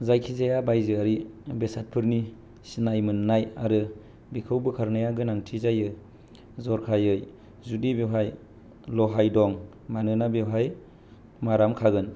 जायखिजाया बायजोआरि बेसादफोरनि सिनाय मोननाय आरो बेखौ बोखारनाया गोनांथि जायो जरखायै जुदि बेवहाय लहाय दं मानोना बेवहाय माराम खागोन